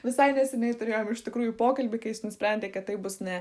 visai neseniai turėjom iš tikrųjų pokalbį kai jis nusprendė kad tai bus ne